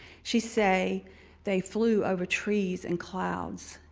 she say they flew over trees and clouds.